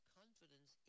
confidence